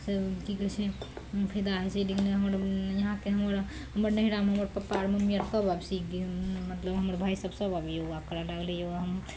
सऽ की कहय छै फायदा होइ छै लेकिन हमरा लगुन यहाँके हमर हमर नैहरामे हमर पप्पा अर मम्मी अर सब आब सीख गेल मतलब हमर भाय अर सब अब योगा करय लागलइ हँ